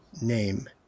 name